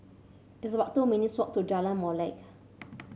it's about two minutes' walk to Jalan Molek